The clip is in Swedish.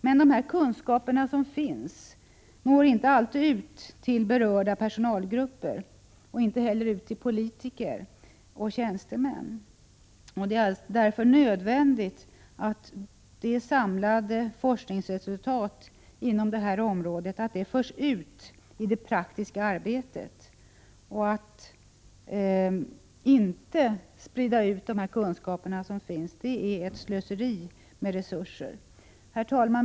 Men dessa kunskaper når inte alltid ut till berörda personalgrupper, politiker och tjänstemän. Det är därför nödvändigt att det samlade forskningsresultatet inom detta område förs ut i det praktiska arbetet. Att inte sprida ut de kunskaper som finns är slöseri med resurser. Herr talman!